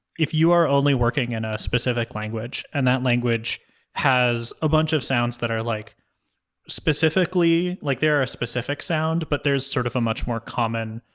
if you are only working in a specific language and that language has a bunch of sounds that are like specifically like, they are a specific sound but there's sort of a much more common